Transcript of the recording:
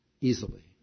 easily